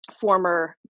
former